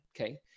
okay